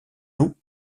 nous